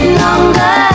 longer